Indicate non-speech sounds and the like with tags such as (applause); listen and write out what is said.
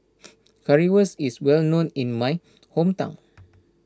(noise) Currywurst is well known in my hometown